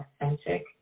authentic